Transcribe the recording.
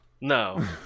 No